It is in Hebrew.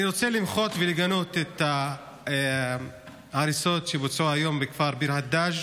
אני רוצה למחות ולגנות את ההריסות שבוצעו היום בכפר ביר הדאג'.